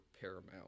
paramount